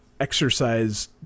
exercise